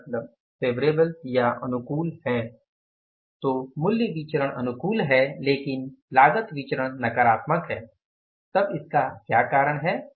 तो मूल्य विचरण अनुकूल है लेकिन लागत विचरण नकारात्मक है तब इसका क्या कारण है